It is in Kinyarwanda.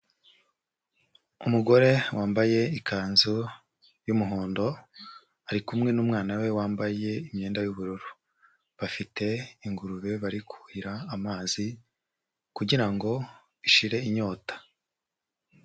Umugore wambaye ikanzu y'umuhondo ari kumwe n'umwana we wambaye imyenda y'ubururu, bafite ingurube bari kuhira amazi kugira ngo ishire inyota.